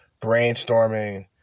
brainstorming